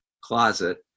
closet